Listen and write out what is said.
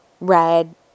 red